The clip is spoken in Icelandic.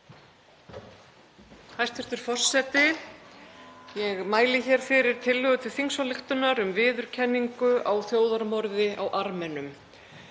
Hæstv. forseti. Ég mæli hér fyrir tillögu til þingsályktunar um viðurkenningu á þjóðarmorði á Armenum.